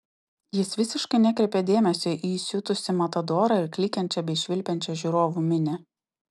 jis visiškai nekreipė dėmesio į įsiutusį matadorą ir klykiančią bei švilpiančią žiūrovų minią